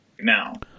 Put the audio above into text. now